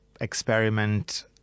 experiment